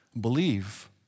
Believe